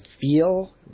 feel